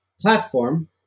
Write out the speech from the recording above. platform